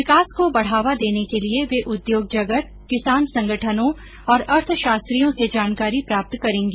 विकास को बढ़ावा देने के लिए वे उद्योग जगत किसान संगठनों और अर्थशास्त्रियों से जानकारी प्राप्त करेंगी